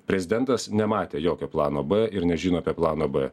prezidentas nematė jokio plano b ir nežino apie planą b